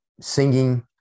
singing